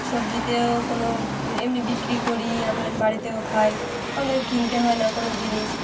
সবজিতেও কোনো এমনি বিক্রি করি আমরা বাড়িতেও খাই আমাদের কিনতে হয় না কোনো জিনিস